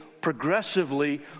progressively